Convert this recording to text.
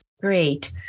Great